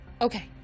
Okay